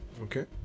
okay